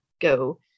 go